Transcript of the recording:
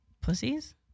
Pussies